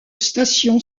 station